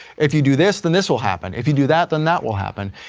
if you do this then this will happen. if you do that then that will happen.